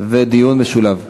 ולדיון משולב.